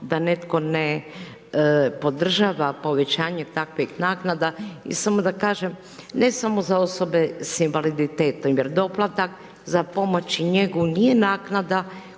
da netko ne podržava povećanje takvih naknada. I samo da kažem, ne samo za osobe s invaliditetom jer doplatak za pomoć i njegu nije naknada